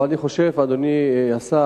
אבל אני חושב, אדוני השר,